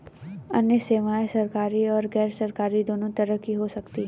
अन्य सेवायें सरकारी और गैरसरकारी दोनों तरह की हो सकती हैं